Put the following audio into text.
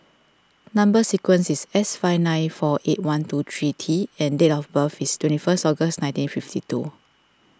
Number Sequence is S five nine four eight one two three T and date of birth is twenty first August nineteen fifty two